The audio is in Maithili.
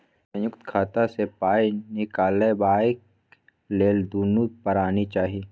संयुक्त खाता सँ पाय निकलबाक लेल दुनू परानी चाही